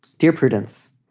dear prudence,